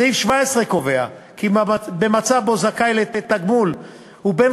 סעיף 7ג קובע כי במצב שבו זכאי לתגמול הוא בן